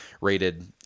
rated